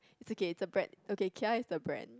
it's okay it's a brand okay kia is the brand